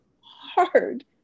hard